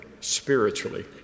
spiritually